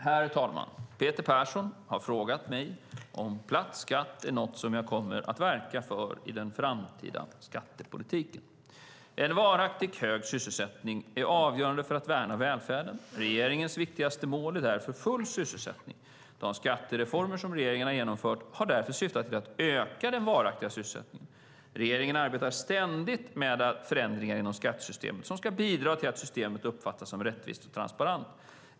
Herr talman! Peter Persson har frågat mig om platt skatt är något som jag kommer att verka för i den framtida skattepolitiken. En varaktigt hög sysselsättning är avgörande för att värna välfärden. Regeringens viktigaste mål är därför full sysselsättning. De skattereformer som regeringen har genomfört har därför syftat till att öka den varaktiga sysselsättningen. Regeringen arbetar ständigt med förändringar inom skattesystemet som ska bidra till att systemet uppfattas som rättvist och transparent.